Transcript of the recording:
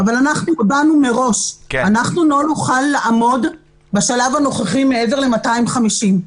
אנחנו לא נוכל לעמוד בשלב הנוכחי מעבר ל-250.